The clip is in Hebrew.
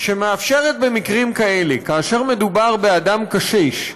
שמאפשרת במקרים כאלה, כאשר מדובר באדם קשיש,